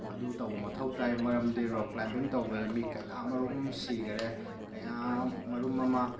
ꯑꯗꯨ ꯇꯧꯕ ꯃꯊꯧ ꯇꯥꯏ ꯃꯔꯝꯗꯤ ꯔꯣꯛ ꯀ꯭ꯂꯥꯏꯝꯕꯤꯡ ꯇꯧꯕꯗ ꯃꯤ ꯀꯌꯥꯃꯔꯨꯝ ꯁꯤꯈꯔꯦ ꯀꯌꯥꯃꯔꯨꯝ ꯑꯃ